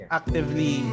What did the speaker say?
actively